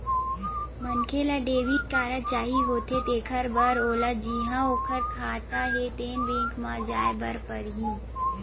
मनखे ल debit card चाही होथे तेखर बर ओला जिहां ओखर खाता हे तेन बेंक म जाए बर परही